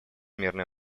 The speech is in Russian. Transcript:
мирное